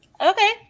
Okay